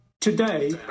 Today